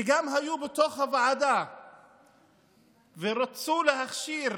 שגם היו בתוך הוועדה ורצו להכשיר